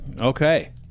Okay